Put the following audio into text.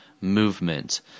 movement